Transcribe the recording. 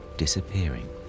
disappearing